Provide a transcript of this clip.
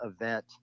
event